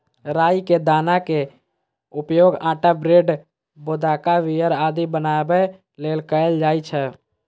राइ के दाना के उपयोग आटा, ब्रेड, वोदका, बीयर आदि बनाबै लेल कैल जाइ छै